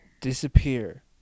Disappear